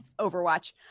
overwatch